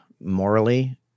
morally